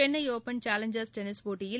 Chennai open challenger tennis போட்டியில்